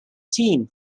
team